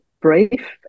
brief